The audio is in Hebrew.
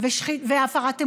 והפרת אמונים.